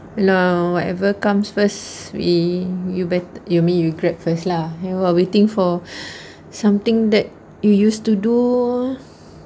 lah whatever comes first we you bet~ I mean you grab first lah while waiting for something that you used to do